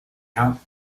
out